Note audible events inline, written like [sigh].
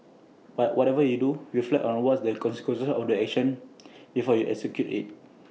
but whatever you do reflect on what's the [noise] consequences of your action [noise] before you execute IT